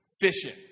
fishing